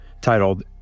titled